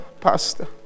pastor